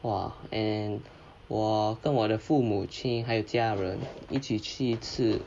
!wah! and 我跟我的父母亲还有家人一起去吃